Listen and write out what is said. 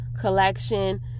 collection